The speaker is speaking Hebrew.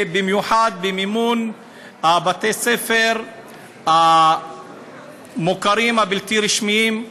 במיוחד במימון בתי-הספר המוכרים הבלתי-רשמיים,